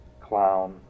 clown